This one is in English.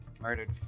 murdered